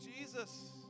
Jesus